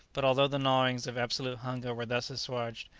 but although the gnawings of absolute hunger were thus assuaged,